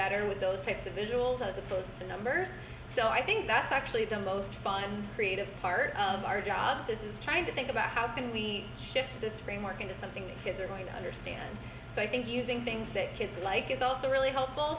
better with those types of visuals as opposed to numbers so i think that's actually the most fun creative part of our jobs is trying to think about how can we shift this framework into something kids are going to understand so i think using things that kids like is also really helpful